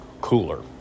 cooler